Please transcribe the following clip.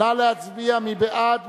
נא להצביע, מי בעד?